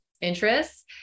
interests